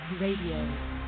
Radio